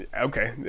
Okay